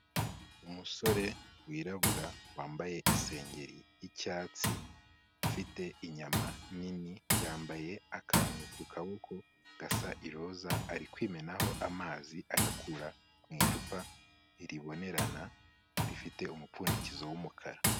Umusore wirabura wambaye isengeri y'icyatsi ufite inyama nini, yambaye akantu ku kaboko gasa iroza, ari kwimenaho amazi ayakura mu icupa ribonerana, rifite umupfundikizo w'umukara.